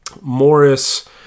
Morris